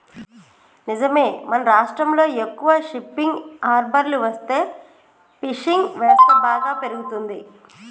నిజమే మన రాష్ట్రంలో ఎక్కువ షిప్పింగ్ హార్బర్లు వస్తే ఫిషింగ్ వ్యవస్థ బాగా పెరుగుతంది